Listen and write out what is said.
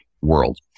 world